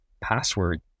password